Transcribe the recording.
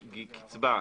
קצבה,